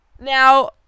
Now